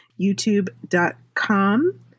youtube.com